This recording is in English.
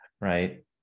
right